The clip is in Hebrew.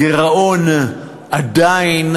הגירעון עדיין,